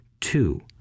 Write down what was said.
two